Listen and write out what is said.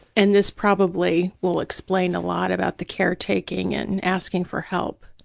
and this probably will explain a lot about the caretaking and asking for help.